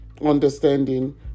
understanding